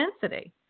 density